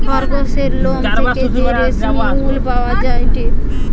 খরগোসের লোম থেকে যে রেশমি উল পাওয়া যায়টে